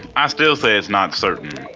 i still say it's not certain. i'm